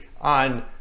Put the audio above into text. on